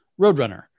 Roadrunner